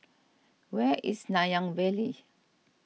where is Nanyang Valley